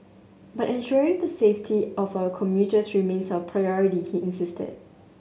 but ensuring the safety of our commuters remains our priority he insisted